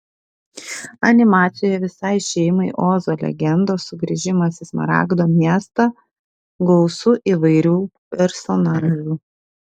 animacijoje visai šeimai ozo legendos sugrįžimas į smaragdo miestą gausu įvairių personažų